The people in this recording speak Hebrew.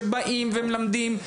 שמלמדים,